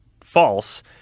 false